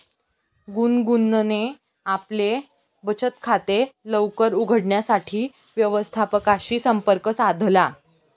गुनगुनने आपले बचत खाते लवकर उघडण्यासाठी व्यवस्थापकाशी संपर्क साधला